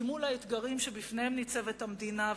כי מול האתגרים שבפניהם ניצבת המדינה,